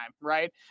right